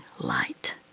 light